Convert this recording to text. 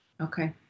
Okay